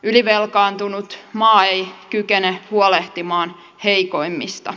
ylivelkaantunut maa ei kykene huolehtimaan heikoimmista